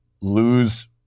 lose